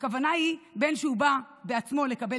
הכוונה היא בין שהוא בא בעצמו לקבל